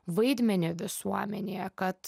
vaidmenį visuomenėje kad